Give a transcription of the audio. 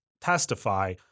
testify